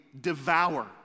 devour